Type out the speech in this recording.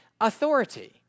authority